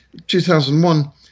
2001